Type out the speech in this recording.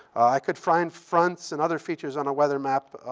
i could find fronts and other features on a weather map,